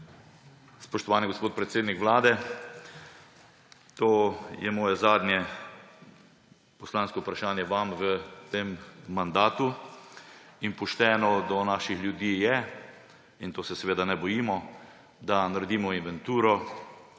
Spoštovani gospod predsednik Vlade! To je moje zadnje poslansko vprašanje vam v tem mandatu in pošteno do naših ljudi je – tega se seveda ne bojimo −, da naredimo inventuro,